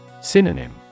Synonym